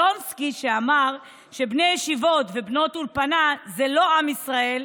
שלונסקי אמר שבני ישיבות ובנות אולפנה הם לא עם ישראל,